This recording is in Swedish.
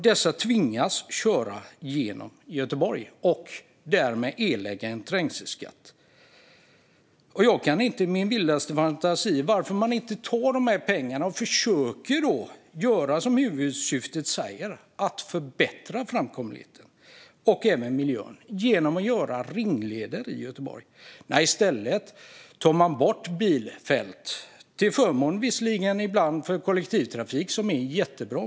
Dessa tvingas att köra genom Göteborg och därmed erlägga trängselskatt. Jag kan inte i min vildaste fantasi förstå varför man inte tar de här pengarna och försöker att göra som huvudsyftet säger och förbättra framkomligheten och även miljön genom att göra ringleder i Göteborg. I stället tar man bort bilkörfält, visserligen ibland till förmån för kollektivtrafik, vilket är jättebra.